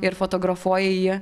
ir fotografuoji jį